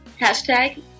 Hashtag